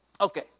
Okay